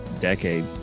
decade